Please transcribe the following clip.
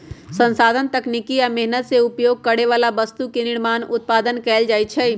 संसाधन तकनीकी आ मेहनत से उपभोग करे बला वस्तु के निर्माण उत्पादन कएल जाइ छइ